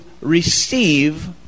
receive